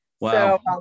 Wow